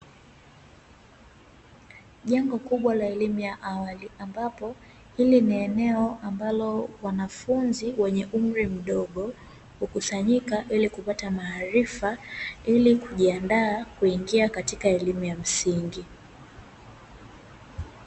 Jengo kubwa la elimu ya awali ambapo hili ni eneo ambalo wanafunzi wenye umri mdogo hukusanyika ili kupata maarifa ili kujiandaa kuingia katika elimu ya msingi.